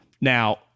Now